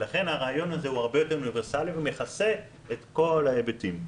לכן הרעיון הזה הוא יותר אוניברסלי ומכסה את כל ההיבטים.